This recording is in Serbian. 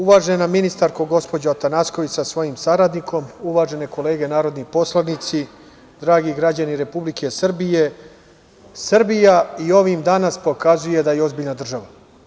Uvažena ministarko, gospođo Atanasković sa svojim saradnikom, uvažene kolege narodni poslanici, dragi građani Republike Srbije, Srbija i ovim danas pokazuje da je ozbiljna država.